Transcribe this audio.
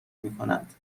میکنند